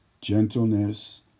gentleness